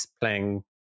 playing